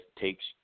takes